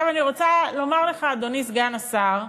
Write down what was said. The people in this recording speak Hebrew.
עכשיו, אני רוצה לומר לך, אדוני סגן השר,